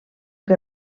que